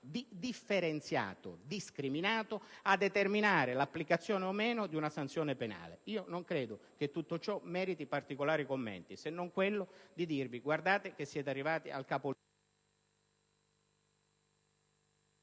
differenziato e discriminato nel determinare l'applicazione o meno di una sanzione penale. Non credo che tutto ciò meriti particolari commenti, se non quello che siete arrivati al capolinea